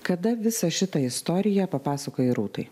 kada visą šitą istoriją papasakojai rūtai